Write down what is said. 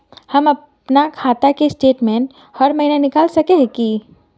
हम अपना खाता के स्टेटमेंट हर महीना निकल सके है की?